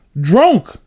Drunk